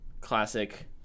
Classic